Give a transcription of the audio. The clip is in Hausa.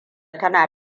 tana